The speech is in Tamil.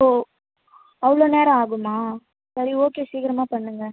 ஓ அவ்ளோ நேரம் ஆகுமா சரி ஓகே சீக்கிரமாக பண்ணுங்கள்